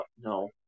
no